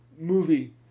movie